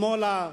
שמאלה,